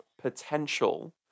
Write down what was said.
potential